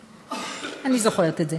אני זוכרת את זה.